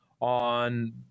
on